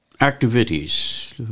activities